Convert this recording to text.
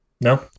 No